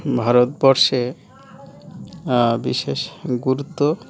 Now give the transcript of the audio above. ভারতবর্ষে বিশেষ গুরুত্ব